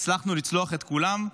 הצלחנו לצלוח את כולן.